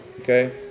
Okay